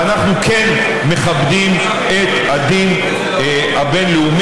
ואנחנו כן מכבדים את הדין הבין-לאומי,